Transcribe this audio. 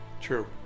true